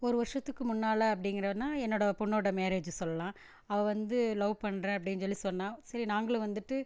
ஒரு வருஷத்துக்கு முன்னால் அப்படிங்கிறதுனா என்னோடய பொண்ணோடய மேரேஜு சொல்லலாம் அவள் வந்து லவ் பண்ணுறேன் அப்படினு சொல்லி சொன்னால் சரி நாங்களும் வந்துட்டு